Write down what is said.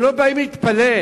הם לא באים להתפלל,